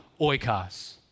Oikos